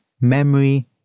memory